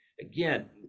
Again